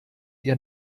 ihr